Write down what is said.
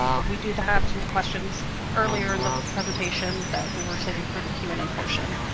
and we did have some questions earlier in the presentation that we were saving for the q and a portion.